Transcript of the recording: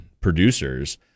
producers